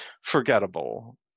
forgettable